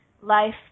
Life